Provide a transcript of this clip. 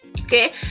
okay